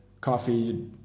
coffee